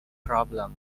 problem